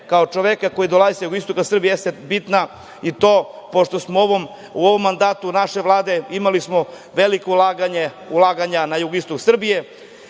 kao čoveka koji dolazi sa jugoistoka Srbije bitna je i to, pošto smo u ovom mandatu naše Vlade imali velika ulaganja na jugoistoku Srbije,